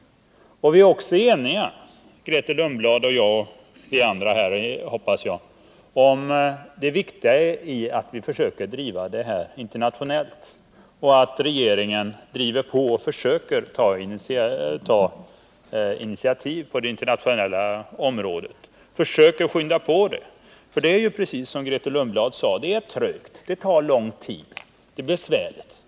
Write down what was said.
Vi är också eniga, Grethe Lundblad och jag — och, hoppas jag, även övriga här— om hur viktigt det är att regeringen driver på och försöker ta initiativ på det internationella området, försöker skynda på det hela. Det är ju precis som Grethe Lundblad sade. Det går trögt. Det tar lång tid. Det är besvärligt.